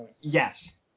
yes